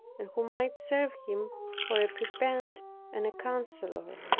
and who might serve him for a prebend and a counselor.